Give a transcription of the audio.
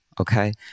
Okay